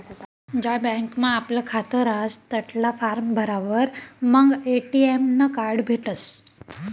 ज्या बँकमा आपलं खातं रहास तठला फार्म भरावर मंग ए.टी.एम नं कार्ड भेटसं